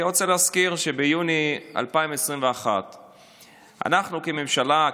אני רוצה להזכיר שביוני 2021 אנחנו כממשלה,